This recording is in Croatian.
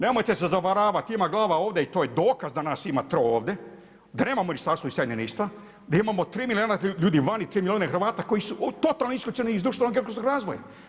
Nemojte se zavaravati ima glava ovdje i to je dokaz da nas ima 3 ovdje, da nemamo Ministarstvo iseljeništva, da imamo 3 milijuna ljudi vani, 3 milijuna Hrvata koji su totalno isključeni iz društvenog i ekonomskog razvoja.